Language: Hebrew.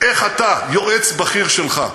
איך אתה, יועץ בכיר שלך,